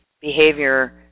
behavior